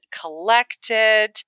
collected